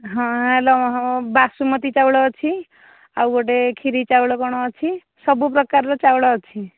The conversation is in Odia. ହଁ ବାସୁମତି ଚାଉଳ ଅଛି ଆଉ ଗୋଟେ କ୍ଷୀରି ଚାଉଳ କ'ଣ ଅଛି ସବୁ ପ୍ରକାରର ଚାଉଳ ଅଛି